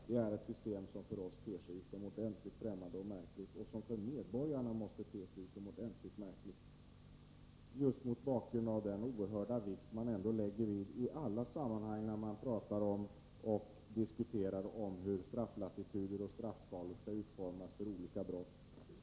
Det är ett system som för oss ter sig utomordentligt främmande och märkligt, och det måste te sig utomordentligt märkligt för medborgarna, just mot bakgrund av den oerhört stora vikt som man lägger vid detta i alla sammanhang när man diskuterar hur strafflatituder och straffskalor skall utformas för olika brott.